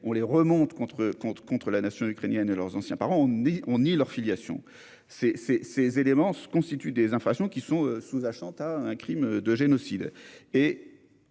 on les monte contre la nation ukrainienne et contre leurs anciens parents, on nie leur filiation. Ces éléments constituent des infractions sous-jacentes au crime de génocide.